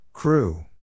Crew